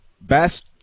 best –